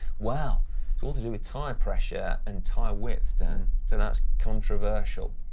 well, it's all to do with tire pressure and tire widths, dan, so that's controversial.